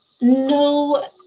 No